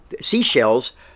seashells